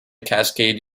cascade